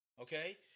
okay